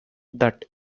that